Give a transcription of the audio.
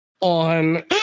on